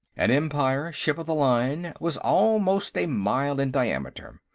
an empire ship-of-the-line was almost a mile in diameter.